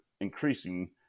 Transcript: increasing